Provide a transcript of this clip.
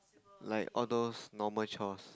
like all those normal chores